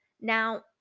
Now